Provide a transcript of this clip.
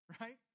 right